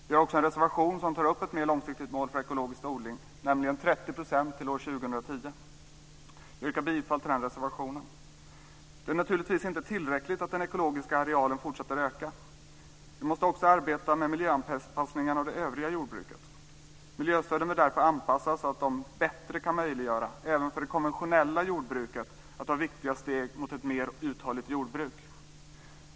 Vi har också en reservation som tar upp ett mer långsiktigt mål för ekologisk odling, nämligen 30 % till år 2010. Jag yrkar bifall till den reservationen. Det är naturligtvis inte tillräckligt att den ekologiska arealen fortsätter att öka. Vi måste också arbeta med miljöanpassningen av det övriga jordbruket. Miljöstöden bör därför anpassas så att de bättre kan möjliggöra även för det konventionella jordbruket att ta viktiga steg mot ett mer uthålligt jordbruk.